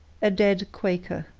a dead quaker.